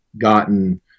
gotten